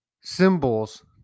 symbols